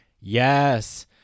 Yes